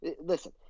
Listen